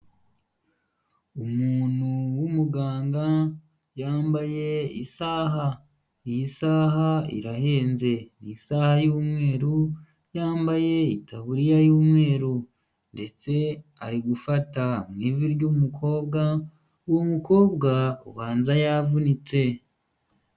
Umuntu w'umuganga yambaye isaha, iyi saha irahenze. Ni isaha y'umweru, yambaye itaburiya y'umweru ndetse ari gufata mu ivi ry'umukobwa uwo mukobwa ubanza yavunitse.